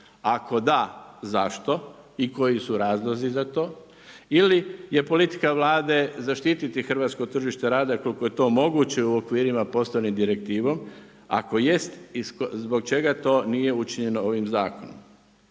Ako da, zašto i koji su razlozi za to? Ili je politika Vlade zaštititi hrvatsko tržište rada koliko je to moguće u okvirima postane direktivom, ako jest, zbog čega to nije učinjeno ovim zakonom?